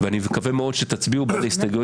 ואני מקווה מאוד שתצביעו בעד ההסתייגויות